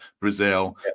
Brazil